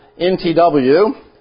NTW